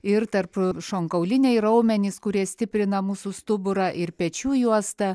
ir tarpšonkauliniai raumenys kurie stiprina mūsų stuburą ir pečių juosta